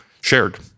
shared